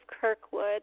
Kirkwood